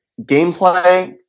gameplay